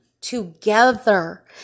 together